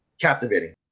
captivating